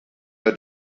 our